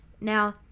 Now